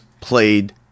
played